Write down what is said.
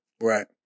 Right